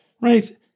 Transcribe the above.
right